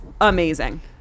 amazing